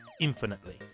infinitely